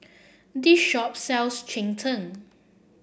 this shop sells Cheng Tng